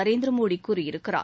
நரேந்திர மோடி கூறியிருக்கிறார்